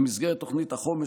במסגרת תוכנית החומש,